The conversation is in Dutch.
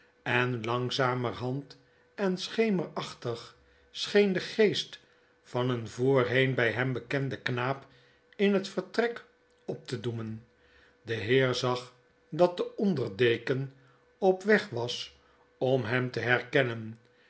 en langzamerhand en schemerachtig scheende geest van een voorheen by hem bekenden knaap in het vertrek op te doemen de heer zag dat de onder deken op weg was om hem te herkennen